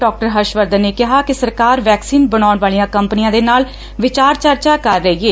ਡਾ ਹਰਸ਼ ਵਰਧਨ ਨੇ ਕਿਹਾ ਕਿ ਸਰਕਾਰ ਵੈਕਸੀਨ ਬਣਾਉਣ ਵਾਲੀਆਂ ਕੰਪਨੀਆਂ ਦੇ ਨਾਲ ਵਿਚਾਰ ਚਰਚਾ ਕਰ ਰਹੀ ਏ